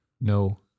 No